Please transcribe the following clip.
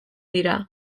dira